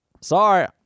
sorry